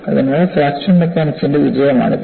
അതിനാൽ ഫ്രാക്ചർ മെക്കാനിക്സിന്റെ വിജയമാണിത്